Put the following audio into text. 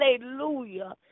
Hallelujah